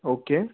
okay